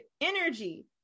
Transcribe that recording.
energy